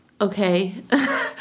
Okay